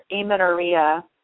amenorrhea